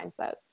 mindsets